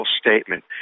statement